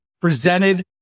presented